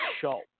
show